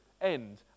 end